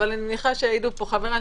אבל אני מניחה שיעידו פה חבריי,